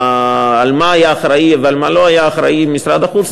למה היה אחראי ולמה לא היה אחראי משרד החוץ,